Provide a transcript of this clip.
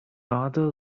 other